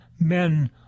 men